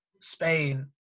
Spain